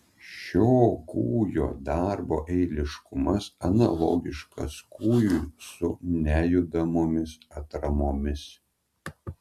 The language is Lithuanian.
šio kūjo darbo eiliškumas analogiškas kūjui su nejudamomis atramomis